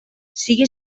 sigue